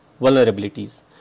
vulnerabilities